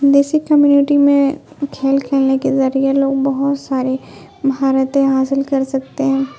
دیسی کمیونٹی میں کھیل کھیلنے کے ذریعے لوگ بہت ساری مہارتیں حاصل کر سکتے ہیں